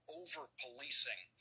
over-policing